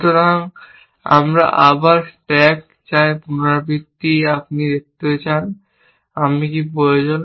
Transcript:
সুতরাং আবার আপনি স্ট্যাক চান পুনরাবৃত্তি আপনি দেখতে চান আমি কি প্রয়োজন